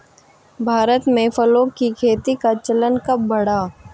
भारत में फलों की खेती का चलन कब बढ़ा?